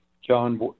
John